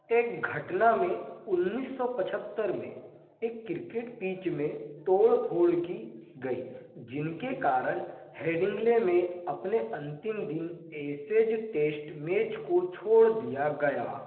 एक घटना में उन्नीस सौ पचहत्तर में एक क्रिकेट पीच में तोड़ फोड़ की गई जिनके कारण हेडिंग्ले में अपने अंतिम दिन एशेज टेस्ट मैच को छोड़ दिया गया